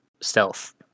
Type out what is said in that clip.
stealth